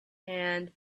and